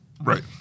Right